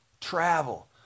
Travel